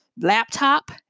laptop